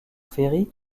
ferry